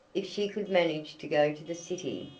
if she could manage to go to the city,